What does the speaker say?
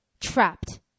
trapped